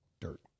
dirt